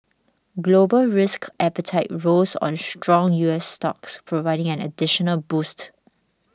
global risk appetite rose on strong U S stocks providing an additional boost